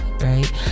right